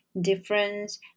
difference